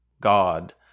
God